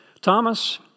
Thomas